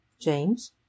James